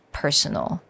personal